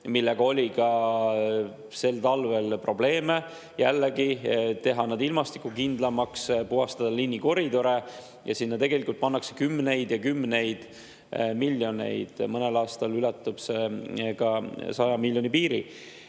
millega oli ka sel talvel probleeme. Jällegi [on plaan] teha need ilmastikukindlamaks ja puhastada liinikoridore. Sinna pannakse tegelikult kümneid ja kümneid miljoneid. Mõnel aastal ületab see ka 100 miljoni piiri.